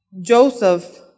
Joseph